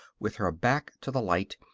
with her back to the light,